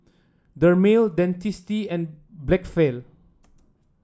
Dermale Dentiste and Blephagel